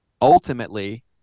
ultimately